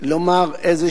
לומר איזה